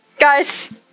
guys